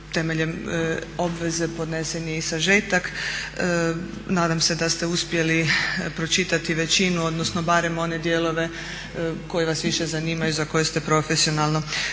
temeljem obveze podnesen je i sažetak, nadam se da ste uspjeli pročitati većinu odnosno barem one dijelove koji vas više zanimaju za koje ste profesionalno